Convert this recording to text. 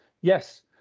yes